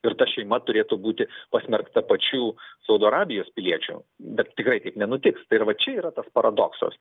ir ta šeima turėtų būti pasmerkta pačių saudo arabijos piliečių bet tikrai taip nenutiks ir va čia yra tas paradoksas